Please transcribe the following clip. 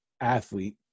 athlete